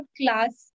class